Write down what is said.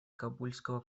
кабульского